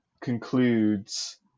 concludes